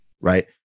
Right